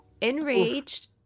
Enraged